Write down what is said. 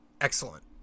excellent